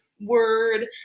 word